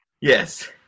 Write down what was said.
Yes